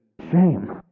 shame